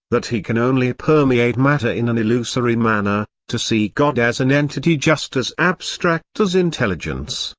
that he can only permeate matter in an illusory manner, to see god as an entity just as abstract as intelligence,